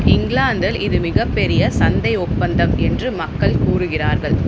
இங்கிலாந்தில் இது மிகப்பெரிய சந்தை ஒப்பந்தம் என்று மக்கள் கூறுகிறார்கள்